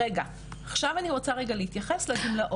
רגע, עכשיו אני רוצה רגע להתייחס לגמלאות.